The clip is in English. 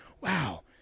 wow